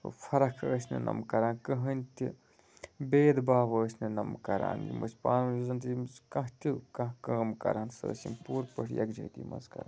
فَرق ٲسۍ نہٕ نوٚم کَران کٕہٕنۍ تہِ بید باو ٲسۍ نہٕ نوٚم کَران یِم ٲسۍ پانہٕ ؤنۍ یُس زَن یِم کانٛہہ تہِ کانٛہہ کٲم کَرہَن سۄ ٲسۍ یِم پورٕ پٲٹھۍ یکجہتی مَنٛز کَران